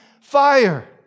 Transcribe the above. Fire